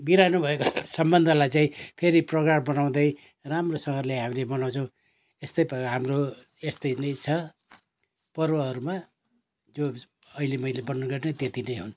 बिरानो भएको सम्बन्धलाई चाहिँ फेरि प्रगाढ बनाउँदै राम्रोसँगले हामीले मनाउँछौँ यस्तै पारा हाम्रो यस्तै नै छ पर्वहरूमा त्यो अहिले मैले वर्नण गरेँ त्यत्ति नै हुन्